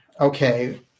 okay